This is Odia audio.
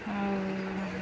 ଆଉ